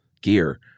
gear